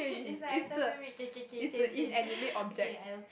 it's like I tell K K K change change okay I will